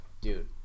Dude